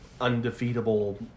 Undefeatable